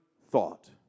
thought